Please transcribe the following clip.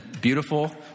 beautiful